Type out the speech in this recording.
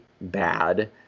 bad